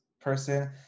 person